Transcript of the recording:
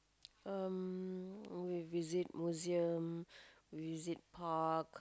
um visit museum visit park